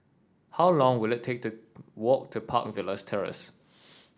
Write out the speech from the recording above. how long will it take to walk to Park Villas Terrace